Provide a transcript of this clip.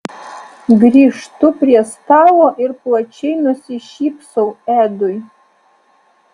grįžtu prie stalo ir plačiai nusišypsau edui